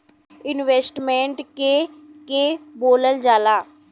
Investment के के बोलल जा ला?